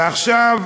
ועכשיו,